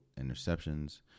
interceptions